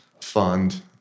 fund